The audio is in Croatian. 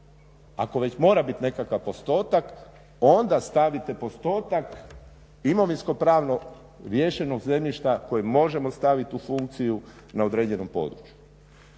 Ako već mora biti nekakav postotak onda stavite postotak imovinsko-pravno riješenog zemljišta koje možemo staviti u funkciju na određenom području.